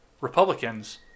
Republicans